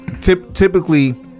Typically